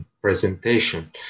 presentation